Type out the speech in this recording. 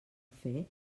fer